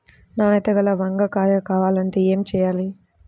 నాణ్యత గల వంగ కాయ కావాలంటే ఏమి చెయ్యాలి?